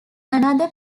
another